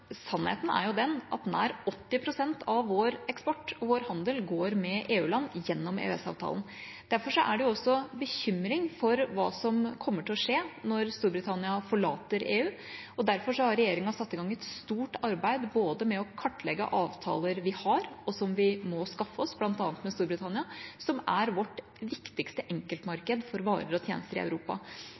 sannheten er at nær 80 pst. av vår eksport og vår handel med EU-land går gjennom EØS-avtalen. Derfor er det også bekymring for hva som kommer til å skje når Storbritannia forlater EU, og derfor har regjeringa satt i gang et stort arbeid med å kartlegge avtaler vi har, og som vi må skaffe oss, bl.a. med Storbritannia, som er vårt viktigste enkeltmarked for varer og tjenester i Europa.